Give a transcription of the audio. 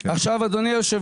עד גיל 80 אפשר לפרוס